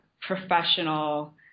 professional